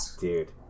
dude